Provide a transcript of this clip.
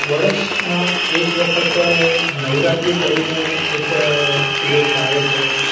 વર્ષમાં એક વખત નવરાત્રિ કરીને એક ઈવેન્ટ આવે છે